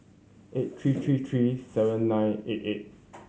eight three three three seven nine eight eight